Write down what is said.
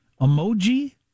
emoji